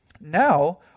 Now